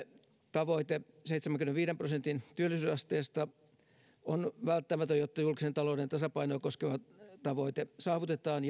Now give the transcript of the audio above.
tavoite seitsemänkymmenenviiden prosentin työllisyysasteesta on välttämätön jotta julkisen talouden tasapainoa koskeva tavoite saavutetaan